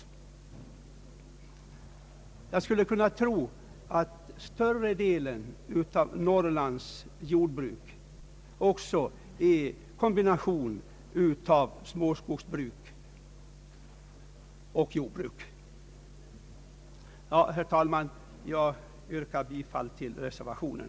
Jag skulle tro att större delen av Norrlands jordbruk utgör en kombination av småskogsbruk och jordbruk. Jag yrkar, herr talman, bifall till reservationen.